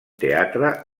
teatre